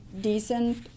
decent